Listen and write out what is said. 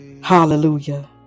Hallelujah